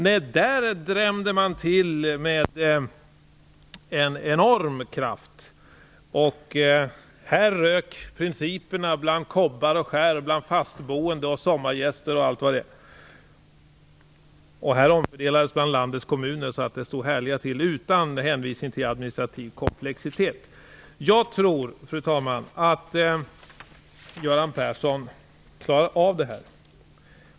Nej, då drämde man till med en enorm kraft. Då rök principerna bland kobbar och skär, bland fast boende och sommargäster och allt vad det nu var. Här omfördelades bland landets kommuner så att det stod härliga till, utan hänvisning till administrativ komplexitet. Fru talman! Jag tror att Göran Persson klarar av det här.